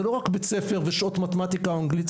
זה לא רק בית ספר ושעות מתמטיקה או אנגלית,